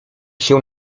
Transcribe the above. się